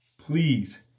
please